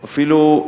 אפילו,